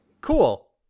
cool